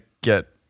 get